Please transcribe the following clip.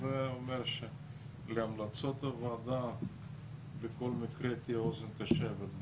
וזה אומר שלהמלצות הוועדה בכל מקרה תהיה אוזן קשבת.